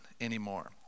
anymore